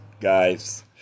guys